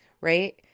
right